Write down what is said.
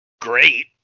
great